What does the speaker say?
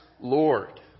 Lord